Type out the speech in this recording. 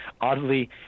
oddly